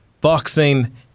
boxing